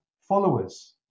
followers